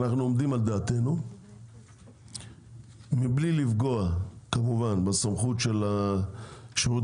אנחנו עומדים על דעתנו מבלי לפגוע כמובן בסמכות של השירות